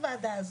הוועדה הזו,